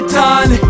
done